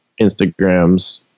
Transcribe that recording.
Instagrams